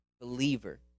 believer